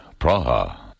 Praha